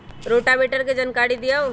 Rotavator के जानकारी दिआउ?